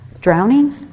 Drowning